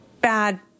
bad